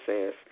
says